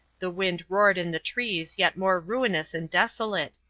the wind roared in the trees yet more ruinous and desolate,